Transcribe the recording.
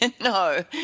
No